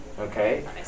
Okay